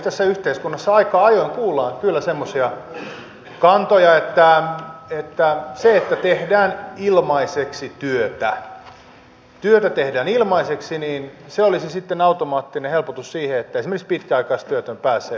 tässä yhteiskunnassa aika ajoin kuullaan kyllä semmoisia kantoja että se että tehdään ilmaiseksi työtä olisi sitten automaattinen helpotus siihen että esimerkiksi pitkäaikaistyötön pääsee työhön kiinni